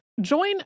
Join